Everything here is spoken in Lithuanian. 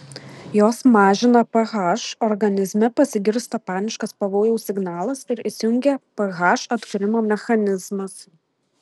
jos mažina ph organizme pasigirsta paniškas pavojaus signalas ir įsijungia ph atkūrimo mechanizmas